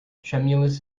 tremulous